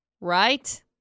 Right